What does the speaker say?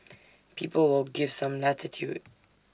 people will give some latitude